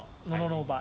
no no no but